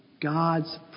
God's